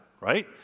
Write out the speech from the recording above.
right